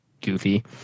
goofy